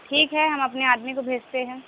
ٹھیک ہے ہم اپنے آدمی کو بھیجتے ہیں